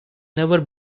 never